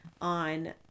on